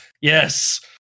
yes